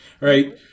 right